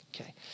okay